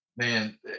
Man